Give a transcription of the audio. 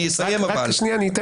תצאי, בבקשה, תודה.